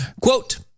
Quote